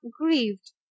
grieved